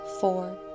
four